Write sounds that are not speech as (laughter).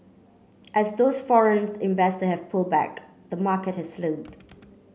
as those foreign (unintelligible) investor have pulled back the market has slowed